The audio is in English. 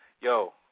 Yo